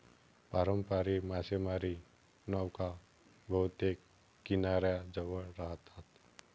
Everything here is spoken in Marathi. पारंपारिक मासेमारी नौका बहुतेक किनाऱ्याजवळ राहतात